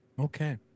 Okay